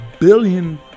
billion